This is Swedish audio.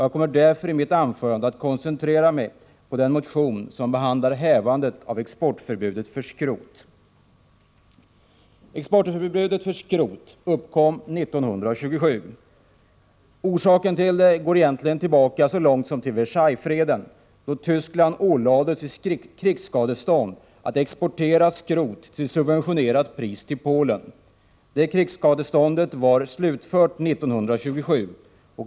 Jag kommer därför att i mitt anförande koncentrera mig på den motion som behandlar hävande av förbudet mot export av skrot. Förbudet mot export av skrot tillkom 1927. Orsaken därtill går egentligen tillbaka så långt som till Versaillefreden, då Tyskland ålades i krigsskadestånd att exportera skrot till subventionerat pris till Polen. Det krigsskadeståndet var slutfört 1927.